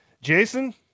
Jason